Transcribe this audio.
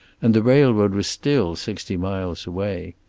and the railroad was still sixty miles away.